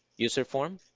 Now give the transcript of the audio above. userform